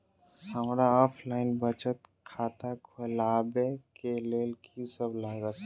हमरा ऑफलाइन बचत खाता खोलाबै केँ लेल की सब लागत?